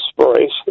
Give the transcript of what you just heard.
inspiration